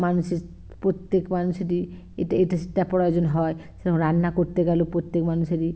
মানুষের প্রত্যেক মানুষেরই এটা এটা সেটার প্রয়োজন হয় সেরম রান্না করতে গেলে প্রত্যেক মানুষেরই